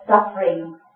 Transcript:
Suffering